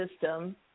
system